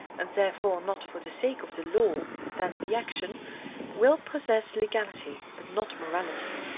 and therefore not for the sake of the law, then the action will possess legality, but not morality.